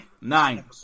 Nine